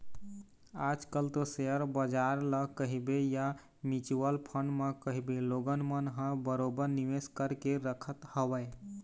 आज कल तो सेयर बजार ल कहिबे या म्युचुअल फंड म कहिबे लोगन मन ह बरोबर निवेश करके रखत हवय